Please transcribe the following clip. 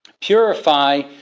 Purify